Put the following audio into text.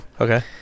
Okay